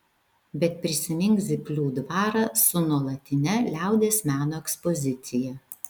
bet prisimink zyplių dvarą su nuolatine liaudies meno ekspozicija